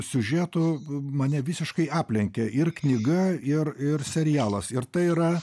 siužetų mane visiškai aplenkė ir knyga ir ir serialas ir tai yra